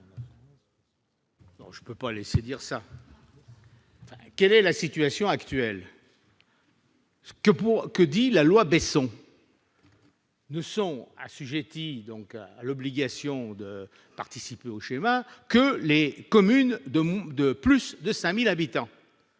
Je ne peux pas laisser dire cela ! Quelle est la situation actuelle ? La loi Besson prévoit que ne sont assujetties à l'obligation de participer au schéma que les communes de plus de 5 000 habitants.